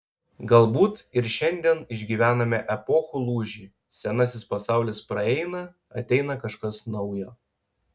galbūt ir šiandien išgyvename epochų lūžį senasis pasaulis praeina ateina kažkas naujo